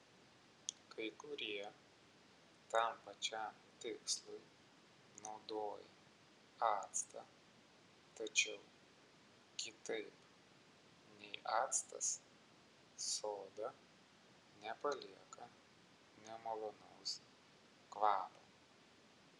kai kurie tam pačiam tikslui naudoja actą tačiau kitaip nei actas soda nepalieka nemalonaus kvapo